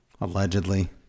Allegedly